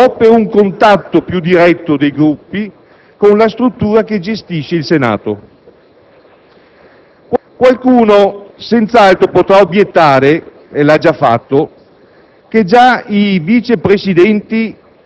ad avere un proprio Segretario e ciò per un contatto più diretto dei Gruppi con la struttura che gestisce il Senato. Qualcuno senz'altro potrà obiettare, e l'ha già fatto,